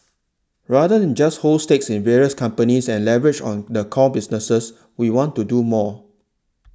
rather than just hold stakes in various companies and leverage on the core businesses we want to do more